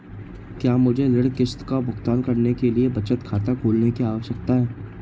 क्या मुझे ऋण किश्त का भुगतान करने के लिए बचत खाता खोलने की आवश्यकता है?